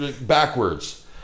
backwards